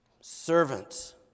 Servants